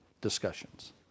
discussions